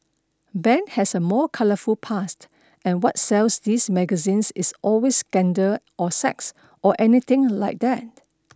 Ben has a more colourful past and what sells these magazines is always scandal or sex or anything like that